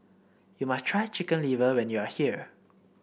you must try Chicken Liver when you are here